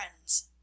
Friends